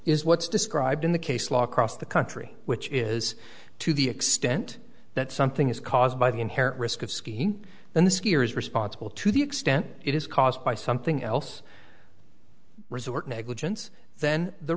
is what's described in the case law across the country which is to the extent that something is caused by the inherent risk of skiing in the skier is responsible to the extent it is caused by something else resort negligence then the